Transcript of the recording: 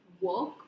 work